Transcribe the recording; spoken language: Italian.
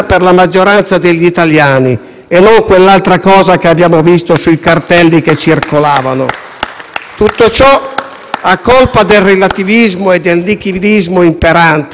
Tutto ciò avviene per colpa del relativismo e del nichilismo imperante. Io sono un ammiratore della *lectio magistralis* di Ratisbona di Benedetto XVI.